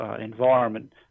environment